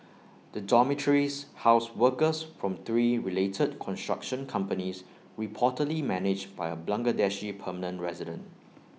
the dormitories housed workers from three related construction companies reportedly managed by A Bangladeshi permanent resident